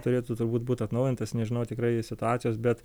turėtų turbūt būt atnaujintas nežinau tikrai situacijos bet